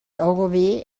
ogilvy